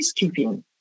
peacekeeping